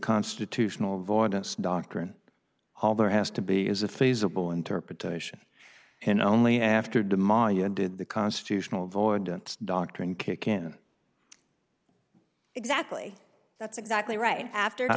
constitutional avoidance doctrine all there has to be is a feasible interpretation and only after demaio ended the constitutional avoidance doctrine kick in exactly that's exactly right after